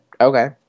okay